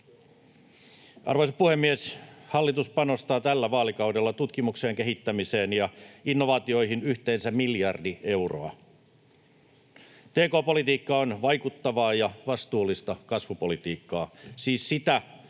Arvoisa puhemies! Hallitus panostaa tällä vaalikaudella tutkimukseen, kehittämiseen ja innovaatioihin yhteensä miljardi euroa. Tk-politiikka on vaikuttavaa ja vastuullista kasvupolitiikkaa — siis sitä,